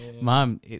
mom